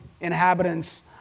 inhabitants